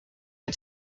had